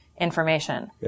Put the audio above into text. information